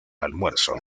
almuerzo